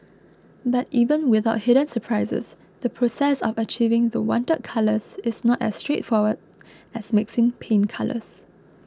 but even without hidden surprises the process of achieving the wanted colours is not as straightforward as mixing paint colours